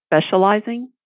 specializing